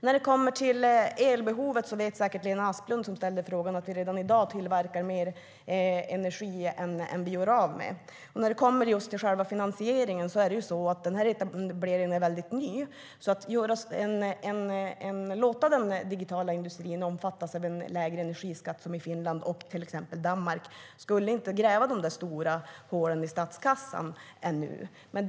När det gäller elbehovet vet säkert Lena Asplund, som ställde frågan, att vi redan i dag tillverkar mer energi än vi gör av med. När det gäller själva finansieringen är det ju så att etableringen är väldigt ny. Att låta den digitala industrin omfattas av en lägre energiskatt, som till exempel i Finland och Danmark, skulle i nuläget inte gräva några stora hål i statskassan.